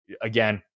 again